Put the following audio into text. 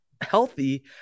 healthy